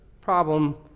problem